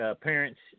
Parents